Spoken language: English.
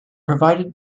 provided